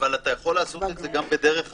אבל אתה יכול לעשות את זה גם בדרך אחרת,